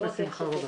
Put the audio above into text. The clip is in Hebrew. בשמחה, בשמחה רבה.